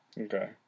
Okay